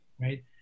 right